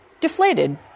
deflated